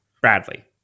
Bradley